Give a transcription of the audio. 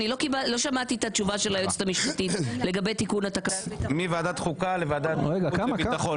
מי בעד ההעברה מוועדת חוקה לוועדת חוץ וביטחון?